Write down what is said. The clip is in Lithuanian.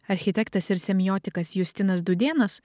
architektas ir semiotikas justinas dūdėnas